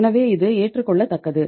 எனவே இது ஏற்றுக்கொள்ளத்தக்கது